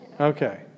Okay